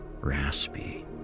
raspy